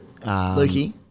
Lukey